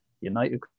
United